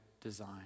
design